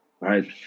right